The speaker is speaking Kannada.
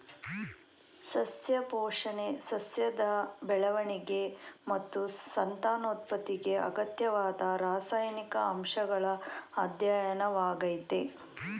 ಸಸ್ಯ ಪೋಷಣೆ ಸಸ್ಯದ ಬೆಳವಣಿಗೆ ಮತ್ತು ಸಂತಾನೋತ್ಪತ್ತಿಗೆ ಅಗತ್ಯವಾದ ರಾಸಾಯನಿಕ ಅಂಶಗಳ ಅಧ್ಯಯನವಾಗಯ್ತೆ